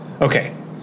Okay